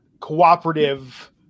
cooperative